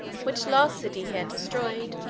which last city he had destroyed,